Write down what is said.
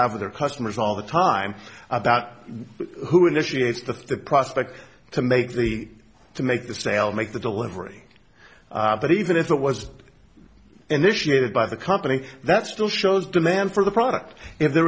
have their customers all the time about who initiated the prospect to make the to make the sale make the delivery but even if that was initiated by the company that still shows demand for the product if there